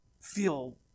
feel